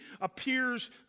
appears